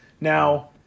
Now